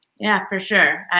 yeah, for sure.